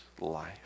life